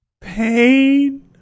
Pain